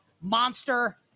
monster